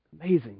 amazing